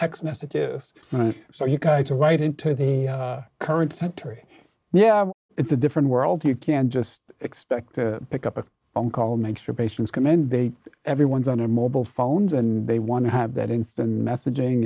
text messages so you guys are right into the current secretary yeah it's a different world you can't just expect to pick up a phone call made sure patients come in they everyone's on their mobile phones and they want to have that instant messaging